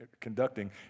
conducting